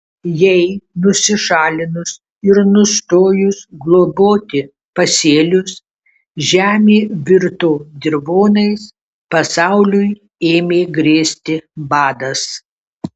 jai nusišalinus ir nustojus globoti pasėlius žemė virto dirvonais pasauliui ėmė grėsti badas